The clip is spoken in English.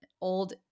old